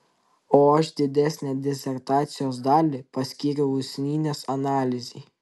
o aš didesnę disertacijos dalį paskyriau usnynės analizei